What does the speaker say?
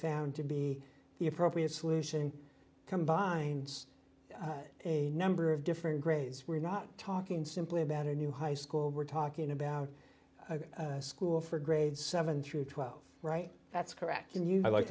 found to be the appropriate solution combines a number of different grades we're not talking simply about a new high school we're talking about a school for grades seven through twelve right that's correct can you i like